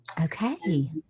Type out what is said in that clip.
Okay